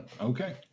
Okay